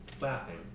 laughing